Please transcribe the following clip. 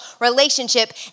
relationship